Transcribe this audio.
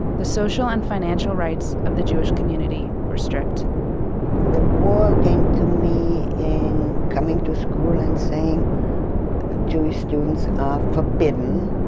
the social and financial rights of the jewish community were stripped the war came to me in coming to school and saying jewish students are forbidden.